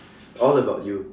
all about you